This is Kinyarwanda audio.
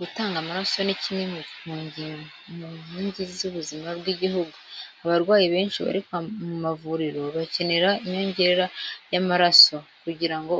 Gutanga amaraso ni kimwe mu nkingi z'ubuzima bw'igihugu, abarwayi benshi bari mu mavuriro bakenera inyongera y'amaraso. Kugira ngo